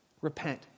repent